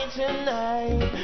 tonight